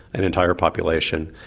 an entire population,